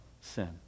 sin